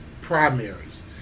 primaries